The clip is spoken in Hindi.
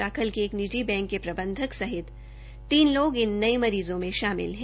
जाखल के एक निजी बैंक के प्रबंधक सहित तीन लोग इन नये मरीज़ों में शामिल है